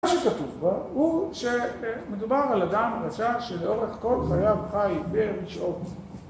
מה שכתוב בה הוא שמדובר על אדם רשע שלאורך כל חייו חי בין שעות